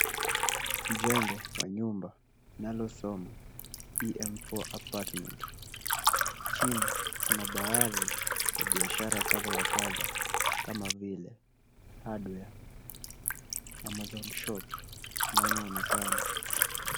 Jengo wa nyumba linalosoma M4 Apartment, chini kuna baadhi ya biashara kadha wa kadha kama vile Hardware, Amazon Shop inayoonekana.